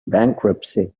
bankruptcy